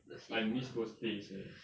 the seafood ah